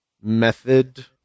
method